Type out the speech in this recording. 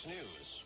News